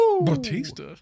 Batista